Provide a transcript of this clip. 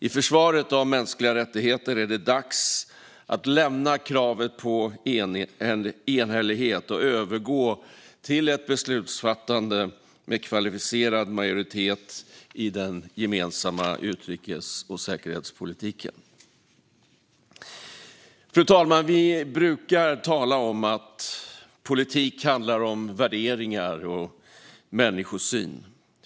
I försvaret av mänskliga rättigheter är det dags att lämna kravet på enhällighet och övergå till ett beslutsfattande med kvalificerad majoritet i den gemensamma utrikes och säkerhetspolitiken. Fru talman! Vi brukar tala om att politik handlar om värderingar och människosyn.